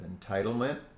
entitlement